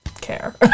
care